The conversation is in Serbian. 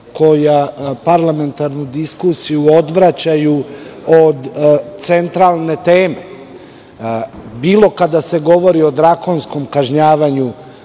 koja parlamentarnu diskusiju odvraćaju od centralne teme, bilo kada se govori o drakonskom kažnjavanju